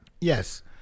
Yes